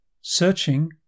Searching